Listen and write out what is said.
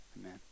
Amen